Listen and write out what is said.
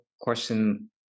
question